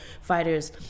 fighters